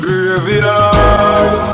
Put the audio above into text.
Graveyard